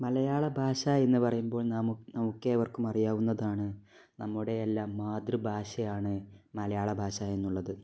മലയാളഭാഷയെന്ന് പറയുമ്പോൾ നമുക്കേവർക്കും അറിയാവുന്നതാണ് നമ്മുടെയെല്ലാം മാതൃഭാഷയാണ് മലയാളഭാഷയെന്നുള്ളത്